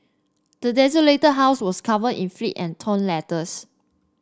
the desolated house was covered in flit and torn letters